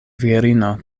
virino